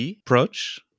approach